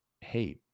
hey